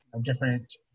different